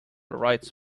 rights